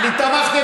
אני תמכתי.